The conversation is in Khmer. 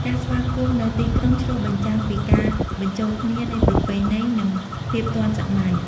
ការស្វាគមន៍នៅទីក្រុងឆ្លុះបញ្ចាំងពីការបញ្ចូលគ្នានៃប្រពៃណី និងភាពទាន់សម័យ។